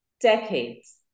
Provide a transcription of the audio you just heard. decades